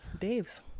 Dave's